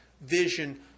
vision